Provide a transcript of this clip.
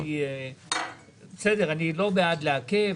אני לא בעד לעכב,